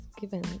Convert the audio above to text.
given